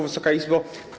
Wysoka Izbo!